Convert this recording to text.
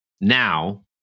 Now